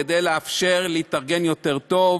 כדי לאפשר להתארגן יותר טוב.